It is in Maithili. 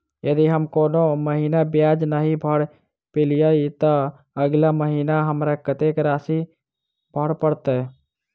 यदि हम कोनो महीना ब्याज नहि भर पेलीअइ, तऽ अगिला महीना हमरा कत्तेक राशि भर पड़तय?